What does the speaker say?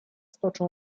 stoczył